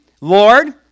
Lord